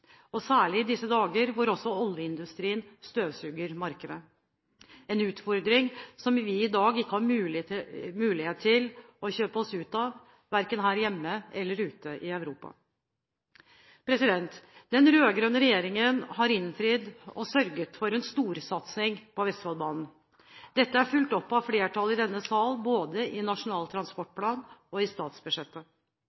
særlig i disse dager, da også oljeindustrien støvsuger markedet. Det er en utfordring som vi i dag ikke har mulighet til å kjøpe oss ut av, verken her hjemme eller ute i Europa. Den rød-grønne regjeringen har innfridd og har sørget for en storsatsing på Vestfoldbanen. Dette er fulgt opp av flertallet i denne sal, både i Nasjonal